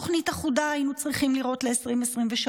תוכנית אחודה היינו צריכים לראות ל-2023.